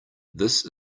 this